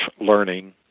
learning